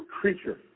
creature